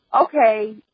okay